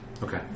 Okay